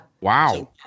Wow